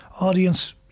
Audience